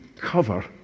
cover